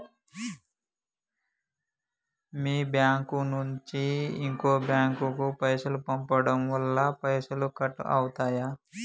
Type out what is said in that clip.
మీ bank నుంచి ఇంకో bank కు పైసలు పంపడం వల్ల పైసలు కట్ అవుతయా?